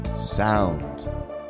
Sound